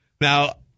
Now